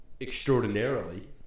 extraordinarily